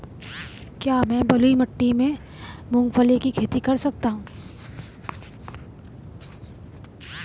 क्या मैं बलुई मिट्टी में मूंगफली की खेती कर सकता हूँ?